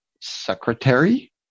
secretary